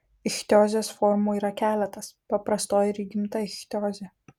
ichtiozės formų yra keletas paprastoji ir įgimta ichtiozė